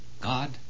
God